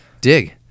Dig